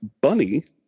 Bunny